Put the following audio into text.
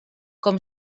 com